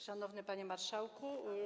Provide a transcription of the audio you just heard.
Szanowny Panie Marszałku!